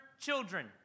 children